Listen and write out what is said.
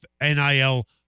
NIL